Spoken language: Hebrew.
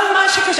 כל מה שקשה,